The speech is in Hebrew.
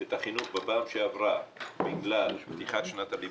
את ועדת החינוך בפעם שעברה בגלל פתיחת שנת הלימודים.